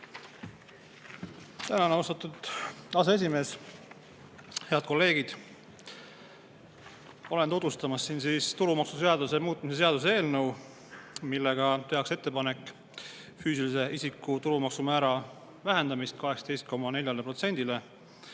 Tänan, austatud aseesimees! Head kolleegid! Tutvustan siin tulumaksuseaduse muutmise seaduse eelnõu, millega tehakse ettepanek füüsilise isiku tulumaksu määra vähendada 18,4%-le.